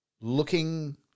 looking